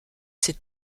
ses